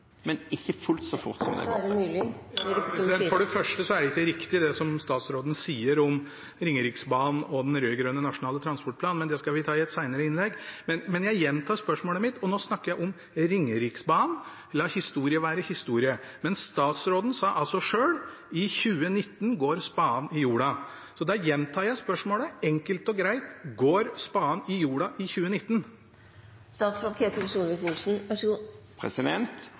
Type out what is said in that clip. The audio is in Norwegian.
men ikke fullt så fort ... For det første er det ikke riktig, det som statsråden sier om Ringeriksbanen og den rød-grønne nasjonale transportplanen, men det skal vi ta i et senere innlegg. Jeg gjentar spørsmålet mitt, og nå snakker jeg om Ringeriksbanen, la historie være historie, men statsråden sa altså selv at i 2019 går spaden i jorda. Da gjentar jeg spørsmålet, enkelt og greit: Går spaden i jorda i